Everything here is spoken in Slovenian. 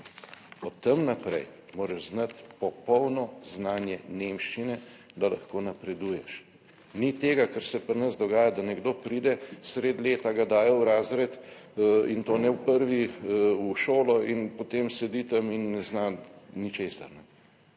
tam naprej moraš znati popolno znanje nemščine, da lahko napreduješ. Ni tega, kar se pri nas dogaja, da nekdo pride sredi leta, ga dajo v razred in to ne v prvi, v šolo in potem sedi tam in ne zna ničesar.